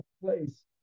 place